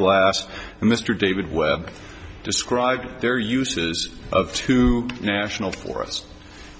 glass and mr david webb described their uses of two national forests